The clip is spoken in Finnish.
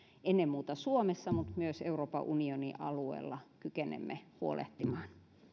ennen muuta suomessa mutta myös euroopan unionin alueella kykenemme huolehtimaan